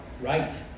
right